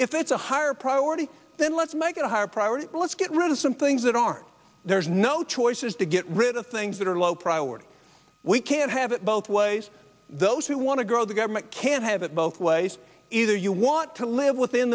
if it's a higher priority then let's make it a higher priority let's get rid of some things that are there's no choices to get rid of things that are low priority we can't have it both ways those who want to grow the government can't have it both ways either you want to live within